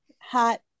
hot